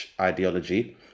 ideology